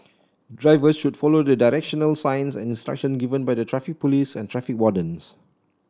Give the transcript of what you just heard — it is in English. drivers should follow the directional signs and instruction given by the Traffic Police and traffic wardens